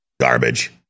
garbage